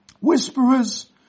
whisperers